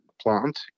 plant